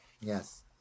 Yes